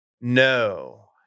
No